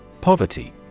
Poverty